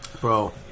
Bro